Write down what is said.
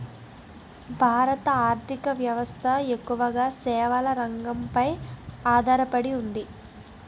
భారత ఆర్ధిక వ్యవస్థ ఎక్కువగా సేవల రంగంపై ఆధార పడి ఉంది